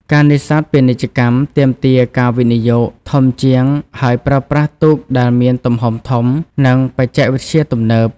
ការនេសាទពាណិជ្ជកម្មទាមទារ ការវិនិយោគ ធំជាង ហើយប្រើប្រាស់ទូកដែលមានទំហំធំ និងបច្ចេកវិទ្យាទំនើប។